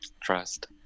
trust